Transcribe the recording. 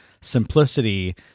simplicity